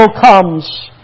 comes